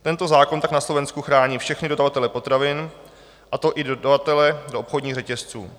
Tento zákon tak na Slovensku chrání všechny dodavatele potravin, a to i dodavatele do obchodních řetězců.